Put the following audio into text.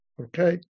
Okay